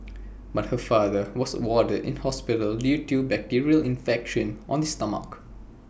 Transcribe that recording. but her father was warded in hospital due to bacterial infection of the stomach